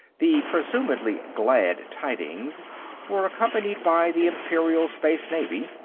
the presumedly glad tidings were accompanied by the imperial space navy,